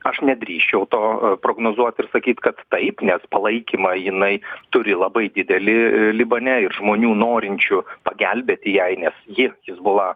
aš nedrįsčiau to prognozuot ir sakyt kad taip nes palaikymą jinai turi labai didelį libane ir žmonių norinčių pagelbėti jei nes ji hizbula